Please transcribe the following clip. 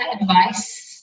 advice